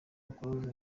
close